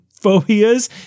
phobias